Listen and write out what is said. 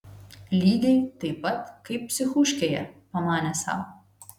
lygiai taip pat kaip psichuškėje pamanė sau